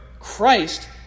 Christ